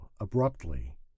abruptly